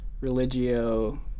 Religio